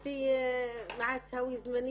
אם הם עוברים במחסום,